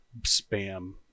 spam